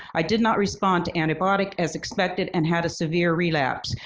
i did not respond to antibiotic as expected and had a severe relapse.